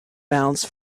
mounts